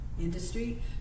industry